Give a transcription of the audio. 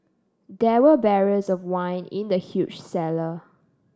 there were barrels of wine in the huge cellar